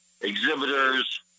exhibitors